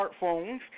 smartphones